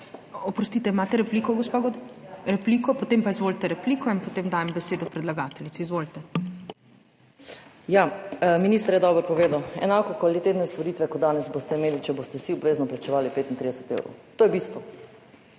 Oprostite, imate repliko, gospa Godec? Repliko. Potem pa izvolite repliko in potem dajem besedo predlagateljici. Izvolite. **JELKA GODEC (PS SDS):** Minister je dobro povedal, enako kvalitetne storitve kot danes boste imeli, če boste vsi obvezno plačevali 35 evrov. To je bistvo,